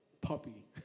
puppy